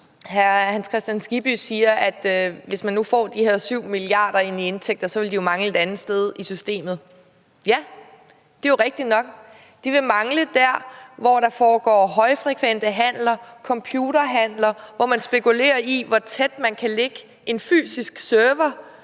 Hans Kristian Skibby siger, at hvis man nu får de her 7 mia. kr. ind i indtægter, vil de jo mangle et andet sted i systemet. Ja, det er rigtigt nok. De vil mangle der, hvor der foregår højfrekvente handler, computerhandler, hvor man spekulerer i, hvor tæt man kan lægge en fysisk server